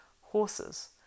horses